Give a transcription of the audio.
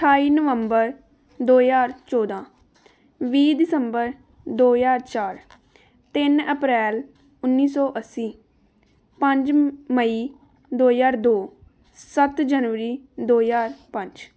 ਅਠਾਈ ਨਵੰਬਰ ਦੋ ਹਜ਼ਾਰ ਚੌਦ੍ਹਾਂ ਵੀਹ ਦਸੰਬਰ ਦੋ ਹਜ਼ਾਰ ਚਾਰ ਤਿੰਨ ਅਪ੍ਰੈਲ ਉੱਨੀ ਸੌ ਅੱਸੀ ਪੰਜ ਮਈ ਦੋ ਹਜ਼ਾਰ ਦੋ ਸੱਤ ਜਨਵਰੀ ਦੋ ਹਜ਼ਾਰ ਪੰਜ